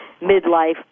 midlife